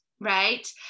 right